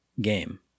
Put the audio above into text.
game